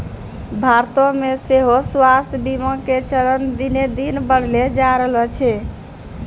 भारतो मे सेहो स्वास्थ्य बीमा के चलन दिने दिन बढ़ले जाय रहलो छै